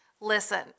Listen